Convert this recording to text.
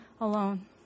alone